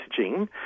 messaging